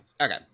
Okay